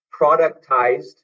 productized